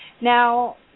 Now